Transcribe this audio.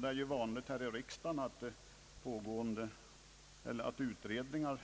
Det är ju vanligt att pågående utredningar